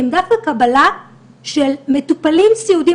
הם גם הקבלה של מטופלים סיעודיים.